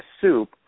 soup